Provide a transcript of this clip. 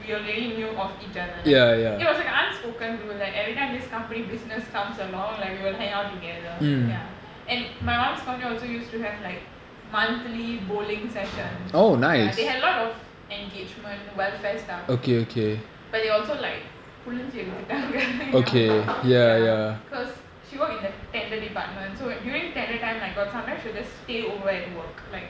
we already knew of each other like it was like a unspoken rule that everytime this company business comes along like we will hang out together ya and my mom's company also used you have like monthly bowling sessions ya they had a lot of engagement welfare stuff but they also like புழிஞ்சிஎடுத்திட்டாங்க:pulinchi eduthuttanka ya cause she work in the tender department so during tender time like got sometimes she'll just stay over at work like